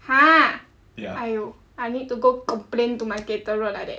!huh! !aiyo! I need to go complain to my caterer like that